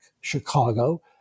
Chicago